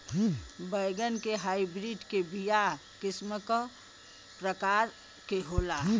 बैगन के हाइब्रिड के बीया किस्म क प्रकार के होला?